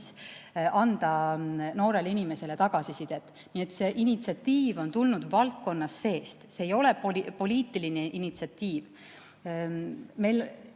viis anda noorele inimesele tagasisidet. Nii et see initsiatiiv on tulnud valdkonna seest. See ei ole poliitiline initsiatiiv. Meil